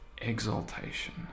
exaltation